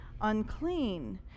unclean